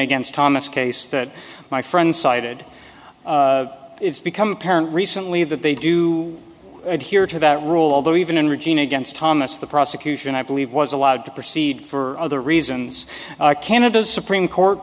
against thomas case that my friend cited it's become apparent recently that they do adhere to that rule although even in regina against thomas the prosecution i believe was allowed to proceed for other reasons our canada supreme court